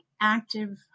active